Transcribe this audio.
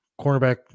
Cornerback